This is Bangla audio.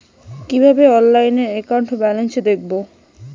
কিভাবে অনলাইনে একাউন্ট ব্যালেন্স দেখবো?